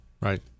Right